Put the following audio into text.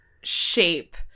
shape